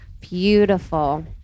Beautiful